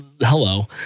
hello